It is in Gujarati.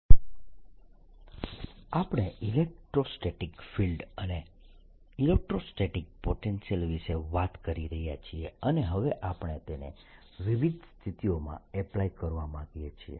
વિદ્યુત ક્ષેત્ર અને વાહકમાં પોટેન્શિયલ આપણે ઇલેક્ટ્રોસ્ટેટિક ફિલ્ડ અને ઇલેક્ટ્રોસ્ટેટિક પોટેન્શિયલ વિશે વાત કરી રહ્યા છીએ અને હવે આપણે તેને વિવિધ સ્થિતિઓમાં એપ્લાય કરવા માંગીએ છીએ